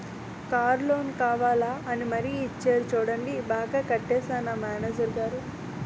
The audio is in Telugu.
కారు లోను కావాలా అని మరీ ఇచ్చేరు చూడండి బాగా కట్టేశానా మేనేజరు గారూ?